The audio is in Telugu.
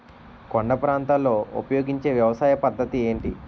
కొండ ప్రాంతాల్లో ఉపయోగించే వ్యవసాయ పద్ధతి ఏంటి?